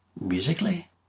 musically